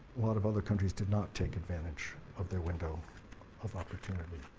a lot of other countries did not take advantage of their window of opportunity.